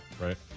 right